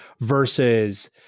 versus